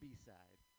B-side